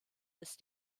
ist